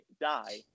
die